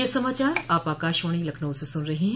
ब्रे क यह समाचार आप आकाशवाणी लखनऊ से सुन रहे हैं